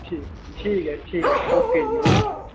ठीक ऐ ठीक ऐ ओके जी ओके